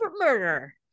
murder